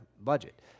budget